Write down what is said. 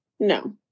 No